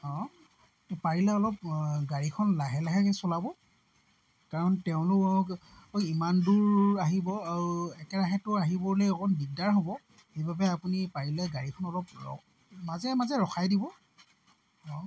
অঁ পাৰিলে অলপ গাড়ীখন লাহে লাহে এনে চলাব কাৰণ তেওঁলোক ইমান দূৰ আহিব আৰু একেৰাহেতো আহিবলৈ অকণ দিগদাৰ হ'ব সেইবাবে আপুনি পাৰিলে গাড়ীখন অলপ মাজে মাজে ৰখাই দিব অঁ